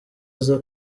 aza